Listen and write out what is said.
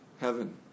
heaven